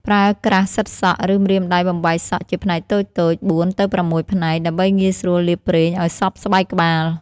ប្រើក្រាស់សិតសក់ ឬម្រាមដៃបំបែកសក់ជាផ្នែកតូចៗ (៤ ទៅ ៦ ផ្នែក) ដើម្បីងាយស្រួលលាបប្រេងឲ្យសព្វស្បែកក្បាល។